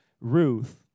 Ruth